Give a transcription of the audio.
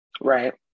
Right